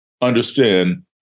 understand